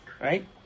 Right